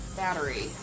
battery